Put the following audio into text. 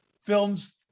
film's